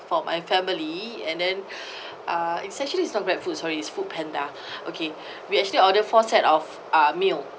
for my family and then uh it's actually it's not grabfood sorry is foodpanda okay we actually order four set of uh meal